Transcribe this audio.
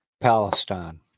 Palestine